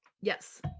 Yes